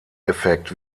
effekt